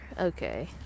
Okay